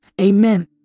Amen